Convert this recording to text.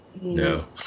no